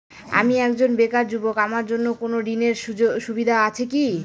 আমি একজন বেকার যুবক আমার জন্য কোন ঋণের সুবিধা আছে কি?